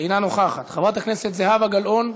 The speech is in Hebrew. אינה נוכחת, חברת הכנסת זהבה גלאון,